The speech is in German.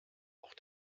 auch